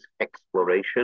exploration